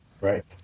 right